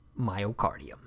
myocardium